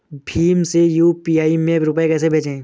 भीम से यू.पी.आई में रूपए कैसे भेजें?